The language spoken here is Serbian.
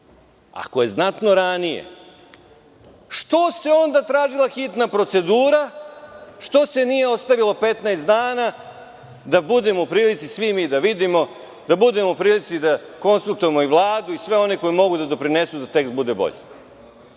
je znatno ranije, što se onda tražila hitna procedura, što se nije ostavilo 15 dana da budemo u prilici svi mi da vidimo, da konsultujemo i Vladu i sve one koji mogu da doprinesu da bude bolji